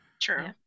True